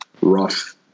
rough